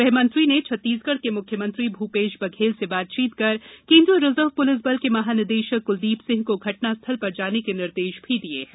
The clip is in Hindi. गृहमंत्री ने छत्तीसगढ़ के मुख्यमंत्री भूपेष बघेल से बातचीत कर केन्द्रीय रिर्जव पुलिस बल के महानिदेशक कुलदीप सिंह को घटना स्थल पर जाने के निर्देश भी दिये है